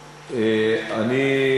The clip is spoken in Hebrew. שהוא,